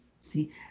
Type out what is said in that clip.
See